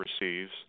receives